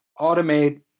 automate